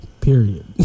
period